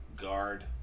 guard